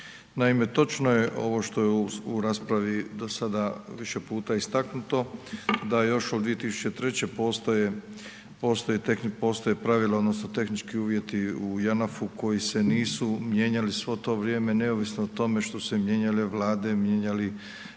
Naime, točno je ovo što je u raspravi do sada više puta istaknuto, da još od 2003. postoje pravila odnosno tehnički uvjeti u Janafu koji se nisu mijenjali svo to vrijeme, neovisno o tome što su se mijenjale Vlade, mijenjali